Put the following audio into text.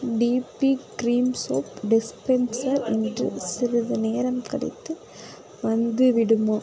DP cream soap dispenser இன்று சிறிது நேரம் கழித்து வந்துவிடுமா